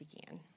began